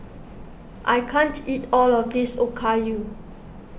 I can't eat all of this Okayu